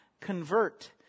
convert